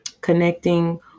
Connecting